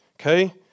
Okay